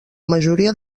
majoria